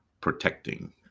protecting